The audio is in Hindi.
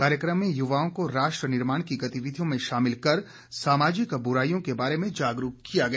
कार्यक्रम में युवाओं को राष्ट्र निर्माण की गतिविधियों में शामिल कर सामाजिक बुराईयों के बारे में जागरूक किया गया